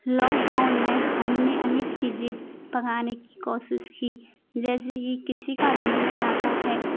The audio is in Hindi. लॉकडाउन में हम ने अनेक चीज़ें पकाने की कोशिश की जैसे ही किसी का जन्मदिन आता है